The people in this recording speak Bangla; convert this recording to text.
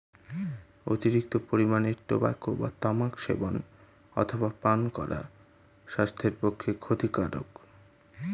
অতিরিক্ত পরিমাণে টোবাকো বা তামাক সেবন অথবা পান করা স্বাস্থ্যের পক্ষে ক্ষতিকারক